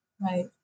Right